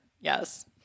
yes